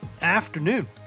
afternoon